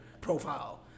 profile